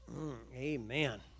Amen